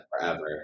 forever